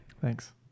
thanks